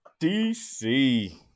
DC